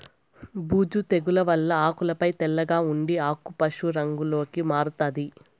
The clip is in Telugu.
బూజు తెగుల వల్ల ఆకులపై తెల్లగా ఉండి ఆకు పశు రంగులోకి మారుతాది